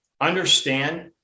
understand